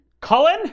Cullen